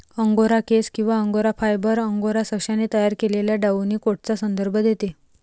angora केस किंवा angora fibre, angora सशाने तयार केलेल्या डाउनी कोटचा संदर्भ देते